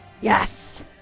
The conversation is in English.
Yes